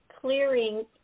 clearing